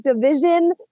division